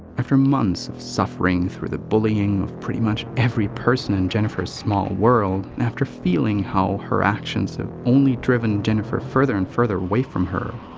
after months of suffering through the bullying of pretty much every person in jennifer's small world and after feeling how her actions have only driven jennifer further and further away from her,